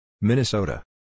Minnesota